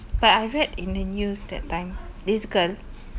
then six months is it or one year yang tak boleh jalan